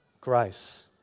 grace